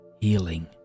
healing